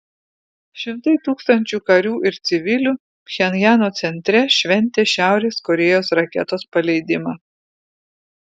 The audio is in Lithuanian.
šimtai tūkstančių karių ir civilių pchenjano centre šventė šiaurės korėjos raketos paleidimą